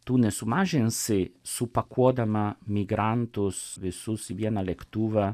tu nesumažinsi supakuodama migrantus visus į vieną lėktuvą